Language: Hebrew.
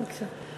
בבקשה.